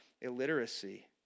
illiteracy